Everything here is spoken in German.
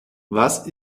was